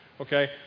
Okay